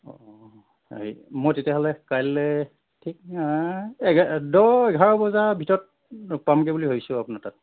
অঁ অঁ অঁ হেৰি মই তেতিয়াহ'লে কাইলৈ ঠিক এঘাৰ দহ এঘাৰ বজাত ভিতৰত পামগে বুলি ভাবিছোঁ আপোনাৰ তাত